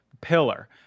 pillar